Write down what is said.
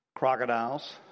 crocodiles